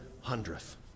Hundredth